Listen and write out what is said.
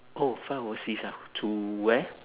oh fly overseas ah to where